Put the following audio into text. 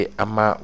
ama